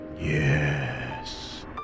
Yes